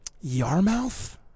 Yarmouth